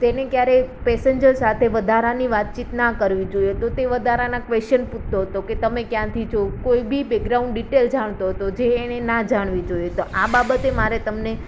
તેને ક્યારેય પેસેન્જર સાથે વધારાની વાતચીત ના કરવી જોઈએ તો તે વધારાના ક્વેશ્ચન પૂછતો હતો કે તમે ક્યાંથી છો કોઈ બી બેકગ્રાઉન્ડ ડિટેલ જાણતો હતો જે એને ના જાણવી જોઈએ તો આ બાબતે મારે તમને